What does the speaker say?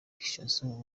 jason